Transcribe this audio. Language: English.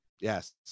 Yes